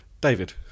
David